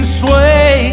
sway